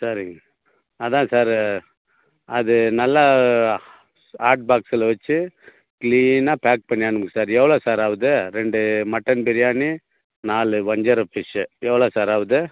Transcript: சரிங்க அதான் சார் அது நல்லா ஹாட் பாக்ஸுல் வைத்து க்ளீனாக பேக் பண்ணி அனுப்புங்கள் சார் எவ்வளோ சார் ஆகுது ரெண்டு மட்டன் பிரியாணி நாலு வஞ்சரம் ஃபிஷ்ஷு எவ்வளோ சார் ஆகுது